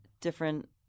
different